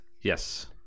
yes